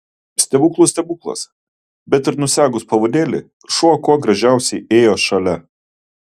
stebuklų stebuklas bet ir nusegus pavadėlį šuo kuo gražiausiai ėjo šalia